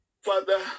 Father